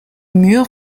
murs